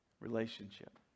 Relationship